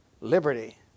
liberty